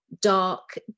dark